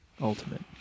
Ultimate